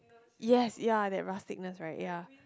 yes ya that rustiness right ya